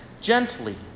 gently